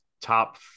Top